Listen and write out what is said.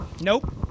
Nope